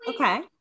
okay